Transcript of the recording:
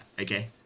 Okay